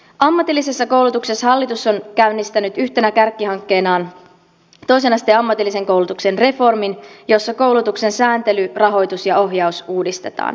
ammatillisessa koulutuksessa hallitus on käynnistänyt yhtenä kärkihankkeenaan toisen asteen ammatillisen koulutuksen reformin jossa koulutuksen sääntely rahoitus ja ohjaus uudistetaan